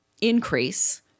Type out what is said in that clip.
increase